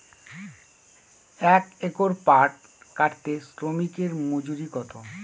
এক একর পাট কাটতে শ্রমিকের মজুরি কত?